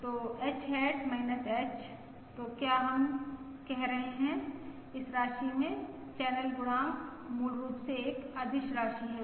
तो h hat h तो क्या हम कह रहे हैं इस राशि मे चैनल गुणांक मूल रूप से एक अदिश राशि है